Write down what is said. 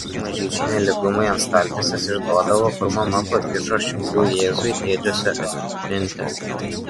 mažyčiai nelygumai ant staltiesės išduodavo kur mama pakišo šiaudų jėzui ėdžiose atminti